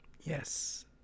Yes